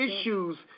issues